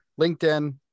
LinkedIn